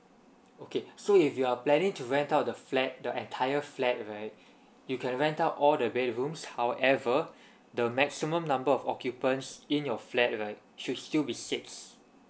okay so if you are planning to rent out the flat the entire flat right you can rent out all the bedrooms however the maximum number of occupants in your flat right should still be six